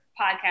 podcast